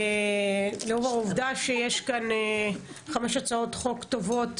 לאור העובדה שיש כאן חמש הצעות חוק טובות,